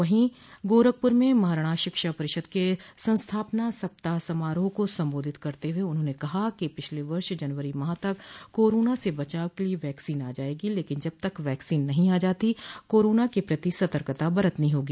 वहीं गोरखपुर में महाराणा शिक्षा परिषद के संस्थापना सप्ताह समारोह को संबोधित करते हुए उन्होंने कहा कि अगले वर्ष जनवरी के माह तक कोरोना से बचाव के लिये वैक्सीन आ जायेगी लेकिन जब तक वैक्सीन नहीं आ जाती कोरोना के प्रति सतर्कता बरतनी होगी